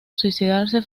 suicidarse